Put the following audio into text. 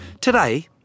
Today